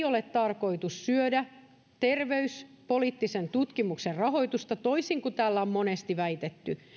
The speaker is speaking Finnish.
ole tarkoitus syödä terveyspoliittisen tutkimuksen rahoitusta toisin kuin täällä on monesti väitetty